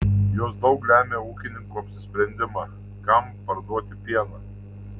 jos daug lemia ūkininko apsisprendimą kam parduoti pieną